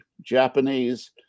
Japanese